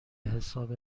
حساب